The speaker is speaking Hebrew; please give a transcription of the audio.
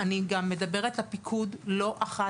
אני גם מדברת לפיקוד לא אחת,